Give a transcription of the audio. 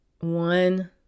one